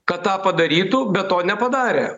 kad tą padarytų bet to nepadarė